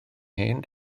hen